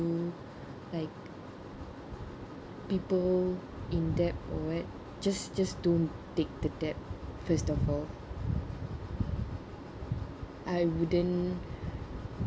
like people in debt or what just just don't take the debt first of all I wouldn't